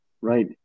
Right